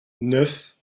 neuf